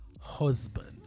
husband